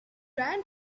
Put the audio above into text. ran